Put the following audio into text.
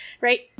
right